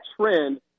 trend